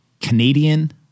Canadian